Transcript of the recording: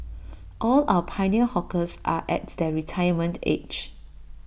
all our pioneer hawkers are at their retirement age